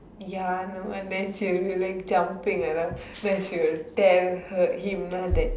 ya I know and then she'll be like jumping around then she will tell her him ah that